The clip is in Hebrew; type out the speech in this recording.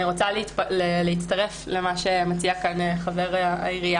אני רוצה להצטרף למה שמציע כאן חבר מועצת העיר,